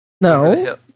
No